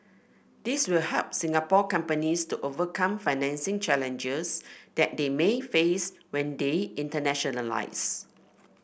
these will help Singapore companies to overcome financing challenges that they may face when they internationalise